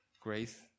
grace